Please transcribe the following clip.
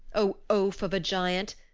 o oaf of a giant!